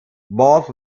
both